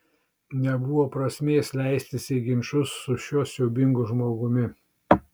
nebuvo prasmės leistis į ginčus su šiuo siaubingu žmogumi